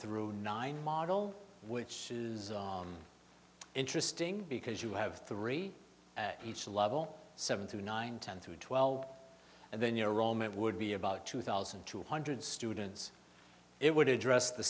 through nine model which is interesting because you have three each level seven through nine ten through twelve and then your roman would be about two thousand two hundred students it would address the